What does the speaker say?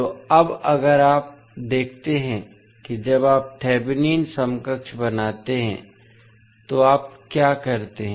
तो अब अगर आप देखते हैं कि जब आप थेवेनिन समकक्ष बनाते हैं तो आप क्या करते हैं